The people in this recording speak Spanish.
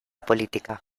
política